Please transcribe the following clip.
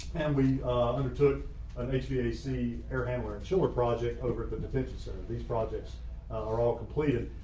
and we undertook an ac ac air handler chiller project over at the detention center. these projects are all completed.